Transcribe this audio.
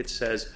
it says